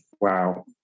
wow